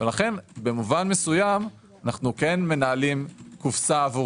לכן במובן מסוים אנו כן מנהלים קופסה עבור